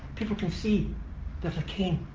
people can see there's a cane,